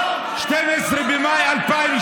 זה לא נכון.